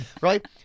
right